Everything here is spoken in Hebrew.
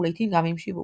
ולעיתים גם עם שיווק.